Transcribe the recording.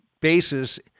basis